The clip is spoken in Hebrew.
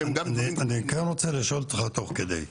אני כן רוצה לשאול אותך תוך כדי.